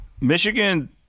Michigan